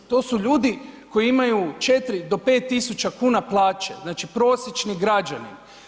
To su ljudi kojim imaju 4 do 5 tisuća kuna plaće, znači prosječni građani.